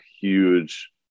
huge